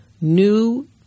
new